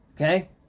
okay